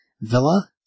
Villa